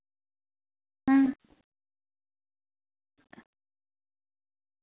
अं